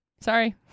Sorry